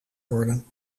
worden